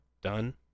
done